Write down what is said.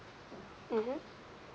mmhmm